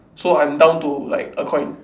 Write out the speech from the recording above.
so I'm down to like a coin